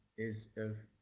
is of,